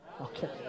Okay